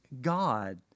God